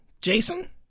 Jason